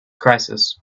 crisis